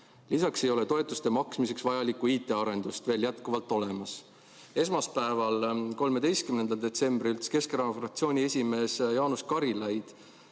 Lisaks ei ole toetuste maksmiseks vajalikku IT-arendust veel olemas. Esmaspäeval, 13. detsembril ütles Keskerakonna fraktsiooni esimees Jaanus Karilaid: